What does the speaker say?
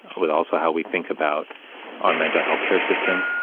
with also how we think about our mental health care system,